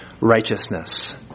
righteousness